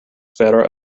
fera